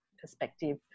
perspective